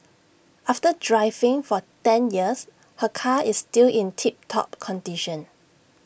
after driving for ten years her car is still in tip top condition